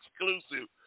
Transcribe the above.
exclusive